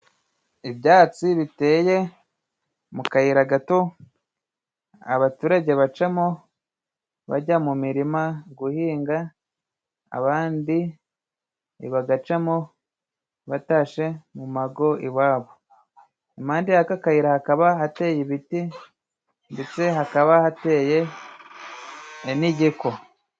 Ibyatsi biteye mu kayira gato abaturage bacamo bajya mu imirima guhinga, abandi bagacamo batashe mu amago iwabo. Impande y'aka kayira hakaba hateye ibiti ndetse hakaba hateye n'igiko.